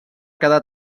quedar